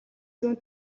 зүүн